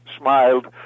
smiled